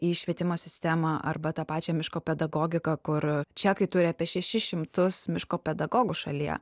į švietimo sistemą arba tą pačią miško pedagogiką kur čekai turi apie šešis šimtus miško pedagogų šalyje